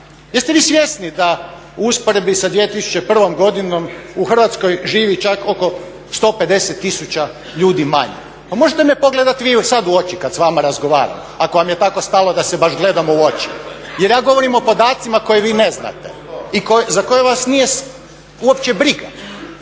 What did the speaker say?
Jeste vi svjesni da u usporedbi sa 2001. godinom u Hrvatskoj živi čak oko 150 tisuća ljudi manje? Pa možete me pogledati sada vi u oči kada s vama razgovaram ako vam je tako stalo da se baš gledamo u oči jer ja govorim o podacima koje vi ne znate i za koje vas nije uopće briga.